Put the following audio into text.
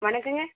வணக்கம்ங்க